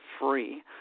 free